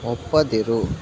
ಒಪ್ಪದಿರು